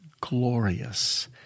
glorious